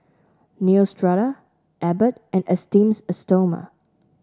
Neostrata Abbott and Esteem Stoma